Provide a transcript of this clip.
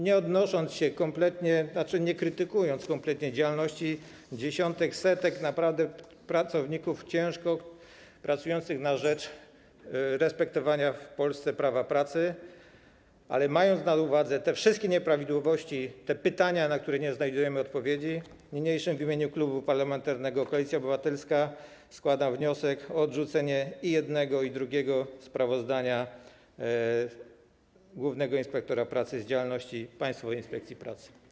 Nie krytykując kompletnie działalności dziesiątek, setek pracowników naprawdę ciężko pracujących na rzecz respektowania w Polsce prawa pracy, ale mając na uwadze te wszystkie nieprawidłowości i te pytania, na które nie znajdujemy odpowiedzi, niniejszym w imieniu Klubu Parlamentarnego Koalicja Obywatelska składam wniosek o odrzucenie i jednego, i drugiego sprawozdania głównego inspektora pracy z działalności Państwowej Inspekcji Pracy.